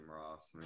Ross